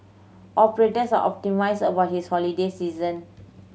operators are optimistic about his holiday season